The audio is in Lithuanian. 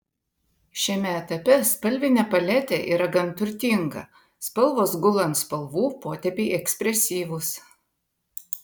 šiame etape spalvinė paletė yra gan turtinga spalvos gula ant spalvų potėpiai ekspresyvūs